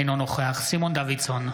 אינו נוכח סימון דוידסון,